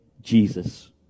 Jesus